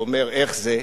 הוא אומר: איך זה?